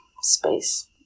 space